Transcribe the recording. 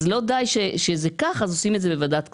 אז עושים את זה בוועדת כספים.